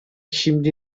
şimdi